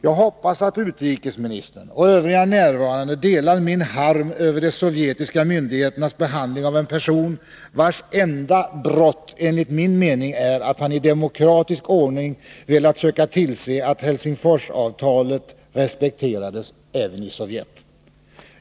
Jag hoppas att utrikesministern och övriga närvarande delar min harm över de sovjetiska myndigheternas behandling av en person, vars enda ”brott” enligt min mening är att han i demokratisk ordning har velat söka tillse att Helsingforsavtalet respekteras även i Sovjet.